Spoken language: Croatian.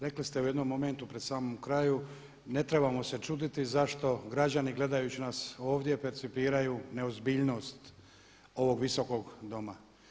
Rekli ste u jednom momentu pri samom kraju ne trebamo se čuditi zašto građani gledajući nas ovdje percipiraju neozbiljnost ovog Visokog doma.